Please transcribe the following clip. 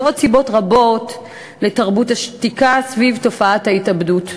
ויש עוד סיבות רבות לתרבות השתיקה סביב תופעת ההתאבדות,